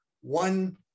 one